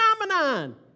phenomenon